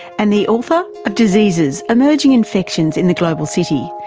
and the author of diseases emerging infections in the global city,